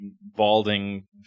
balding